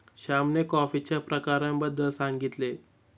श्यामने कॉफीच्या प्रकारांबद्दल सांगितले